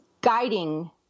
guiding